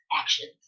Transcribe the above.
Actions